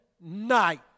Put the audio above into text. night